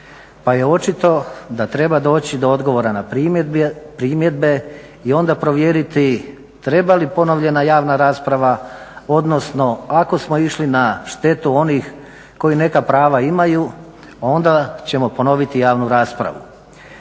pa je očito da treba doći do odgovora na primjedbe i onda provjeriti treba li ponovljena javna rasprava, odnosno ako smo išli na štetu onih koji neka prava imaju onda ćemo ponoviti javnu raspravu.